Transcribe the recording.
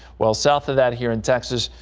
well south of that here in texas.